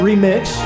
Remix